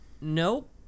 Nope